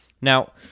Now